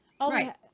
Right